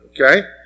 okay